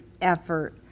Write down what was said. effort